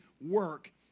work